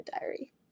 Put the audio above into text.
diary